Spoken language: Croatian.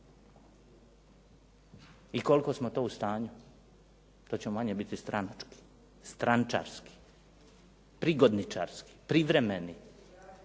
i koliko smo to u stanju to će manje biti strančarski, prigodničarski, privremeni